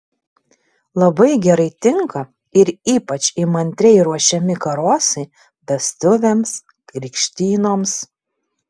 labai gerai tinka ir ypač įmantriai ruošiami karosai vestuvėms krikštynoms